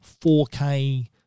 4K